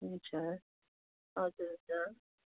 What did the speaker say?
हुन्छ हजुर